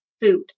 food